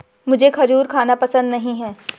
मुझें खजूर खाना पसंद नहीं है